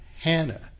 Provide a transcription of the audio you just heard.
Hannah